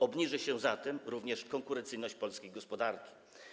Obniży się zatem również konkurencyjność polskiej gospodarki.